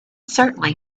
certainly